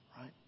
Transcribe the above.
right